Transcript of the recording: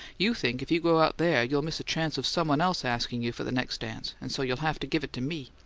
you think if you go out there you'll miss a chance of someone else asking you for the next dance, and so you'll have to give it to me.